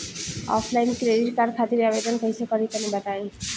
Offline credit card खातिर आवेदन कइसे करि तनि बताई?